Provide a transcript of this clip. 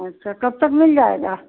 अच्छा कब तक मिल जायेगा